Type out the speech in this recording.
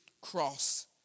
cross